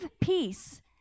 peace